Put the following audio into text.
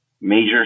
major